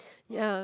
ya